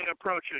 approaching